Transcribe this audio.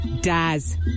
Daz